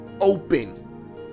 open